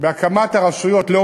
בהקמת הרשויות המטרופוליניות,